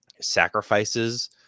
sacrifices